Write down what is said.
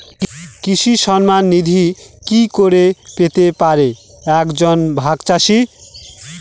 কৃষক সন্মান নিধি কি করে পেতে পারে এক জন ভাগ চাষি?